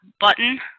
button